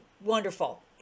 wonderful